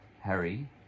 Harry